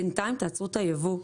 אבל בינתיים תעצרו את הייבוא.